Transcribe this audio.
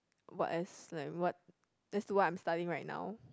work as like I'm what that's what I'm studying right now